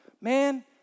Man